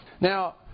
Now